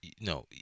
no